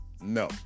No